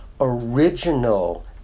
original